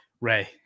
ray